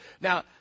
now